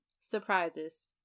surprises